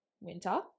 winter